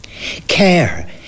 Care